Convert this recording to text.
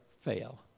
fail